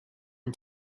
him